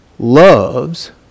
loves